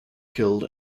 killed